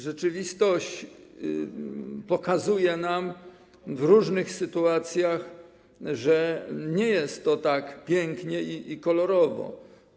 Rzeczywistość pokazuje nam w różnych sytuacjach, że nie jest tak pięknie i kolorowo.